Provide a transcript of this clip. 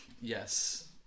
Yes